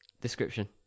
description